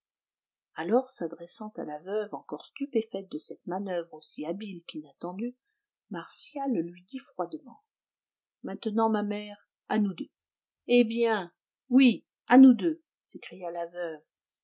alors s'adressant à la veuve encore stupéfaite de cette manoeuvre aussi habile qu'inattendue martial lui dit froidement maintenant ma mère à nous deux eh bien oui à nous deux s'écria